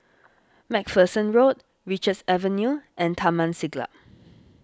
MacPherson Road Richards Avenue and Taman Siglap